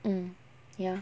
mm ya